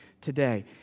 today